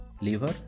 liver